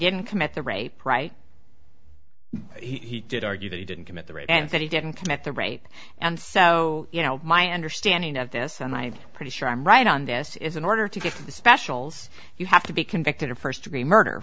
didn't commit the rape right he did argue that he didn't commit the rape and that he didn't commit the rape and so you know my understanding of this and i pretty sure i'm right on this is in order to get the specials you have to be convicted of first degree murder